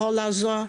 יכול לעזור,